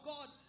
God